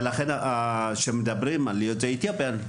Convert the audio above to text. לכן כשמדברים על יוצאי אתיופיה,